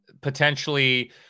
potentially